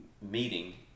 meeting